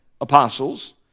apostles